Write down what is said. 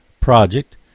project